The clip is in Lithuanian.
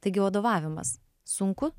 taigi vadovavimas sunku